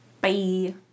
Bye